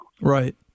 Right